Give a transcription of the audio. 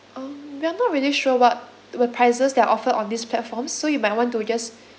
oh we are not really sure what were prices that offered on this platform so you might want to just